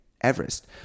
Everest